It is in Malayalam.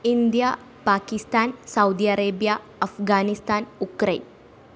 India Pakistan Saudi Arabia Afghanistan Ukraine